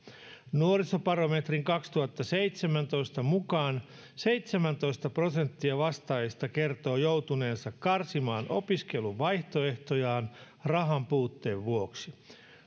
nuorisobarometri kaksituhattaseitsemäntoistan mukaan seitsemäntoista prosenttia vastaajista kertoi joutuneensa karsimaan opiskeluvaihtoehtojaan rahanpuutteen vuoksi